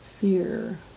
fear